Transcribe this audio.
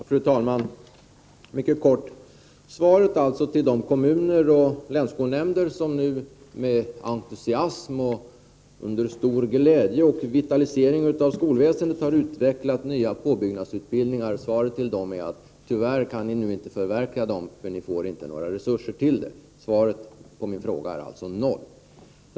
Fru talman! Jag konstaterar att svaret till de kommuner och länsskolnämnder som nu med stor entusiasm och glädje inför en vitalisering av skolväsendet har utvecklat nya påbyggnadsutbildningar är: Tyvärr kan ni inte förverkliga de här planerna, för ni får inga resurser till dem. Svaret på min fråga är alltså: noll.